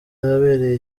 ahabereye